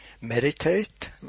meditate